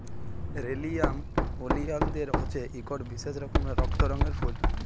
লেরিয়াম ওলিয়ালদের হছে ইকট বিশেষ রকমের রক্ত রঙের ফুল